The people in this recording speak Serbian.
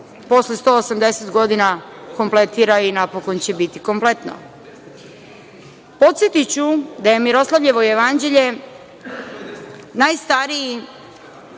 posle 180 godina kompletira i napokon će biti kompletno. Podsetiću da je Miroslavljevo jevanđelje najstariji